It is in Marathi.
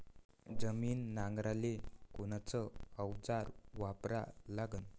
जमीन नांगराले कोनचं अवजार वापरा लागन?